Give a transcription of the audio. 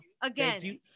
Again